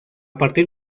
partir